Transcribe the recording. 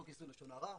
חוק לשון הרע,